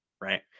right